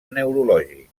neurològics